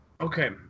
Okay